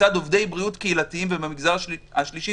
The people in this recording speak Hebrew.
כיצד עובדי בריאות קהילתיים ובמגזר השלישי